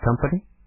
company